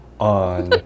on